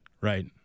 right